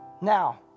now